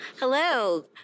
hello